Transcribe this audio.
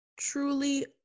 truly